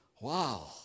wow